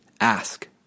ask